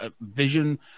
vision